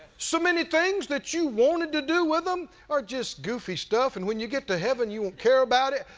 so many things that you wanted to do with them are just goofy stuff and when you get to heaven you won't care about it,